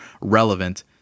relevant